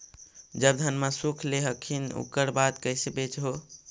जब धनमा सुख ले हखिन उकर बाद कैसे बेच हो?